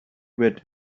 where